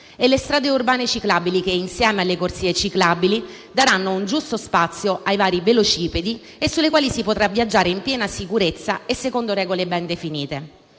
e le strade urbane ciclabili che, insieme alle corsie ciclabili, daranno un giusto spazio ai vari velocipedi e sulle quali si potrà viaggiare in piena sicurezza e secondo regole ben definite.